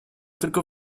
tylko